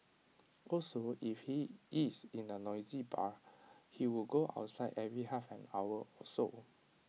also if he is in A noisy bar he would go outside every half an hour or so